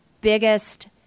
biggest